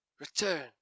Return